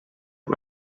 auf